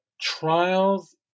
trials